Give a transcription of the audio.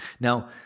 Now